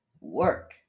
work